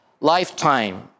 lifetime